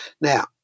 Now